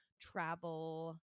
travel